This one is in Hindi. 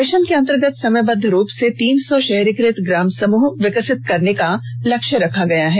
मिशन के अंतर्गत समयबद्ध रूप से तीन सौ शहरीकृत ग्राम समूह विकसित करने का लक्ष्य रखा गया है